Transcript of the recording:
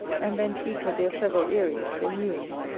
and then treat of their several ayries, their mewings,